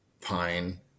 pine